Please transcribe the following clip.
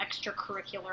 extracurricular